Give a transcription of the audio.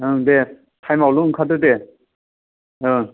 ओं दे टाइमआवल' ओंखारदो दे